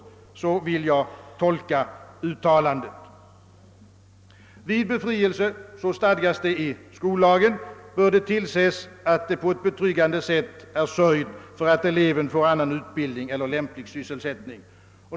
Så vill jag tolka utbildningsministerns uttalande. Vid befrielse — så stadgas det 1 skollagen — bör tillses att det på ett betryggande sätt är sörjt för att eleven får annan utbildning eller lämplig sysselsättning.